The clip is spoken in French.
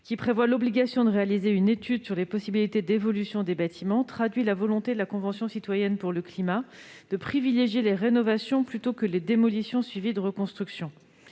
qui impose de réaliser une étude sur les possibilités d'évolution des bâtiments, traduit la volonté de la Convention citoyenne pour le climat de privilégier les rénovations plutôt que les démolitions suivies de reconstruction.